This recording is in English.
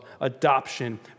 adoption